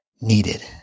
needed